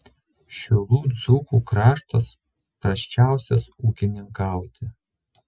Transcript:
šilų dzūkų kraštas prasčiausias ūkininkauti